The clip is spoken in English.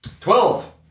Twelve